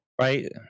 Right